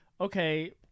Okay